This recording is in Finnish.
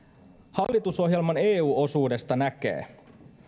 hallitusohjelman eu osuudesta näkee